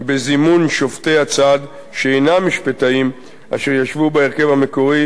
בזימון שופטי הצד שאינם משפטאים אשר ישבו בהרכב המקורי,